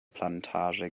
plantage